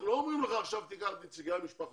אנחנו לא אומרים לך עכשיו שתיקח את נציגי המשפחות